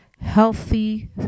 healthy